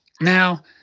Now